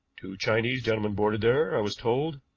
two chinese gentlemen boarded there, i was told.